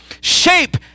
Shape